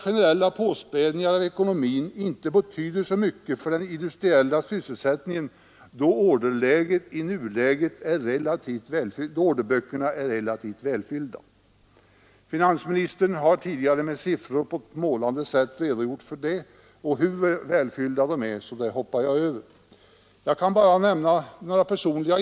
Generella påspädningar av ekonomin betyder enligt min uppfattning inte så mycket för den industriella sysselsättningen, då orderböckerna i nuläget är relativt välfyllda. Finansministern har tidigare med siffror på ett målande sätt redogjort för hur välfyllda dessa orderböcker är.